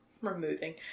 removing